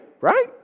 Right